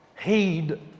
Heed